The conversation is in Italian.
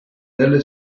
delle